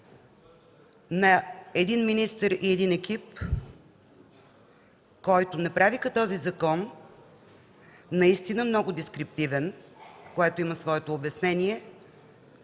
на един министър и един екип, които направиха този закон – наистина много дескриптивен, което има своето обяснение,